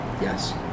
Yes